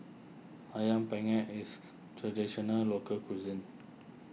Ayam Panggang is Traditional Local Cuisine